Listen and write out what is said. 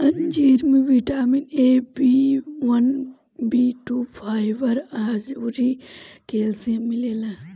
अंजीर में vitamin A, B one, B two, fibre अउरी कैल्शियम मिलेला